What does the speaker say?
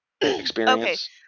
experience